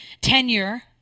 tenure